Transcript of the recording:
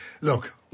look